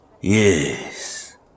yes